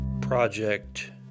project